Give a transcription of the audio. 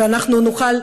שאנחנו נוכל,